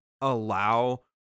allow